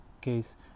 case